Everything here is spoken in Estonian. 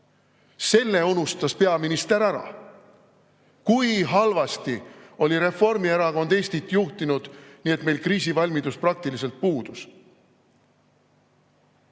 Selle unustas peaminister ära, kui halvasti oli Reformierakond Eestit juhtinud, nii et meil kriisivalmidus praktiliselt puudus.